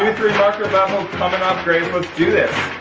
and three marker raffle coming up grace, let's do this.